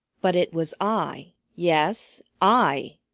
but it was i, yes i,